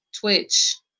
twitch